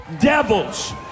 devils